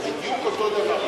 זה בדיוק אותו הדבר.